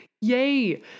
Yay